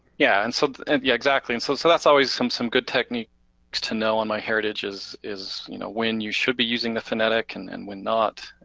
yeah, and so, yeah exactly, and so so that's always some some good techniques to know in myheritage is is you know when you should be using the phonetic and and when when not.